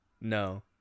No